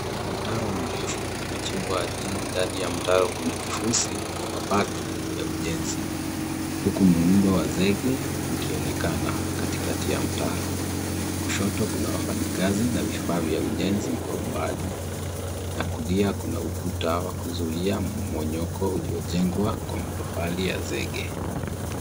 Mtaro mrefu uliochimbwa ardhini ndani ya mtaro kuna kifusi na mabaki ya ujenzi huku muundo wa zege ukionekana katikati ya mtaro. Kushoto kuna wafanyikazi na vifaa vya ujenzi kwa umbali na kulia kuna ukuta wa kuzuia mmomonyoko uliojengwa kwa matofali ya zege.